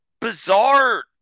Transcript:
bizarre